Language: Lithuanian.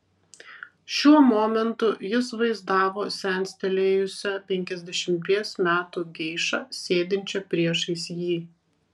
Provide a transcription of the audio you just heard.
šiuo momentu jis vaizdavo senstelėjusią penkiasdešimties metų geišą sėdinčią priešais jį